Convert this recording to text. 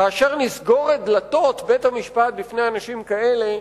כאשר אנחנו סוגרים את דלתות בית-המשפט בפני אנשים כאלה,